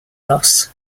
loss